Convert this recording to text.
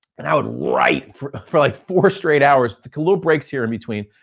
and i would write for for like four straight hours. take little breaks here in between,